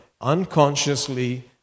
unconsciously